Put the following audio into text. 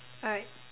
alright